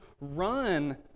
run